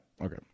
Okay